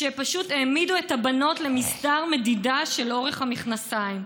שפשוט העמידו את הבנות למסדר מדידה של אורך המכנסיים.